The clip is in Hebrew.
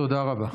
תודה רבה.